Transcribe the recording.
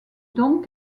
donc